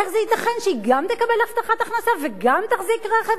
איך זה ייתכן שהיא גם תקבל הבטחת הכנסה וגם תחזיק רכב?